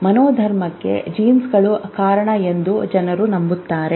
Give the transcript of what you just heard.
ಮನೋಧರ್ಮಕ್ಕೆ ಜೀನ್ಗಳು ಕಾರಣ ಎಂದು ಜನರು ನಂಬುತ್ತಾರೆ